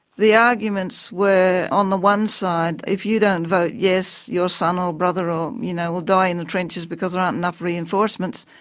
the arguments were on the one side if you don't vote yes, your son or brother um you know will die in the trenches because there aren't enough reinforcements.